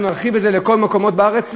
אנחנו נרחיב את זה לכל המקומות בארץ.